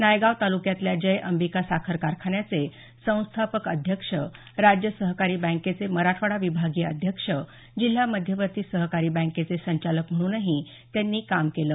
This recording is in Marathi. नायगाव तालुक्यातल्या जय अंबिका साखर कारखान्याचे संस्थापक अध्यक्ष राज्य सहकारी बँकेचे मराठवाडा विभागीय अध्यक्ष जिल्हा मध्यवर्ती सहकारी बॅकेचे संचालक म्हणूनही त्यांनी काम केलं